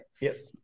Yes